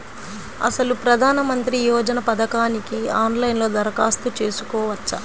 అసలు ప్రధాన మంత్రి యోజన పథకానికి ఆన్లైన్లో దరఖాస్తు చేసుకోవచ్చా?